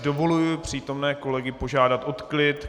Dovoluji si přítomné kolegy požádat o klid.